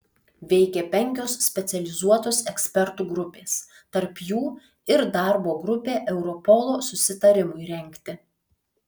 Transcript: veikė penkios specializuotos ekspertų grupės tarp jų ir darbo grupė europolo susitarimui rengti